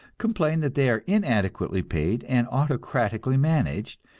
complain that they are inadequately paid and autocratically managed,